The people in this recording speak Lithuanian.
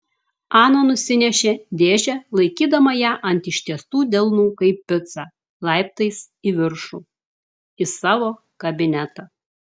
ana nusinešė dėžę laikydama ją ant ištiestų delnų kaip picą laiptais į viršų į savo kabinetą